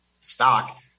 stock